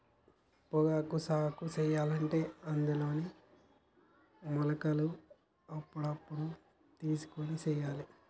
పొగాకు సాగు సెయ్యలంటే అందులోనే మొలకలు అప్పుడప్పుడు తెలుసుకొని సెయ్యాలే